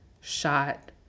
shot